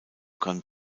kann